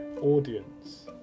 audience